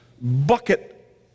bucket